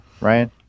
Ryan